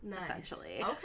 essentially